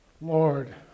Lord